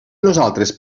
nosaltres